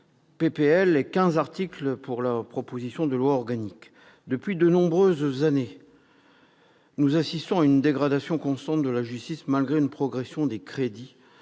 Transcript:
vingt-huit articles, la proposition de loi organique en compte quinze. Depuis de nombreuses années, nous assistons à une dégradation constante de la justice, malgré une progression des crédits